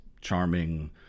charming